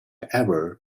ever